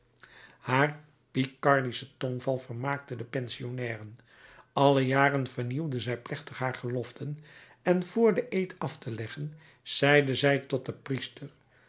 haar picardische tongval vermaakte de pensionnairen alle jaren vernieuwde zij plechtig haar geloften en vr den eed af te leggen zeide zij tot den priester